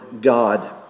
God